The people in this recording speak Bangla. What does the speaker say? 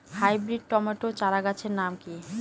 হাইব্রিড টমেটো চারাগাছের নাম কি?